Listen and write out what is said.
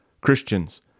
Christians